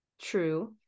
True